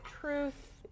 truth